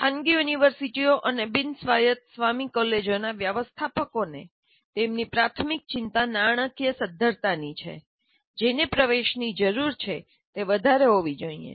ખાનગી યુનિવર્સિટીઓ અને બિન સ્વાયત સ્વામી કોલેજોનાં વ્યવસ્થાપકોને તેમની પ્રાથમિક ચિંતા નાણાકીય સદ્ધરતા ની છે જેને પ્રવેશની જરૂર છે તે વધારે હોવી જોઈએ